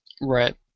Right